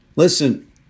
Listen